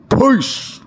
Peace